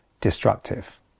destructive